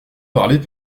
parlez